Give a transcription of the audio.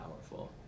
powerful